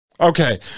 Okay